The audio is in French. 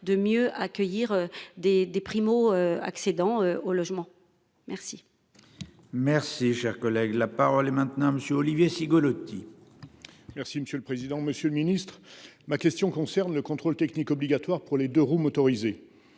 de mieux accueillir des des primo-accédants au logement. Merci. Merci, cher collègue, la parole est maintenant monsieur Olivier Cigolotti. Merci monsieur le président, Monsieur le ministre, ma question concerne le contrôle technique obligatoire pour les deux-roues motorisés.